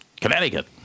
Connecticut